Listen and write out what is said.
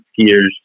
skiers